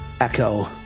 echo